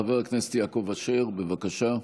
חבר הכנסת יעקב אשר, בבקשה.